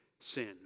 sin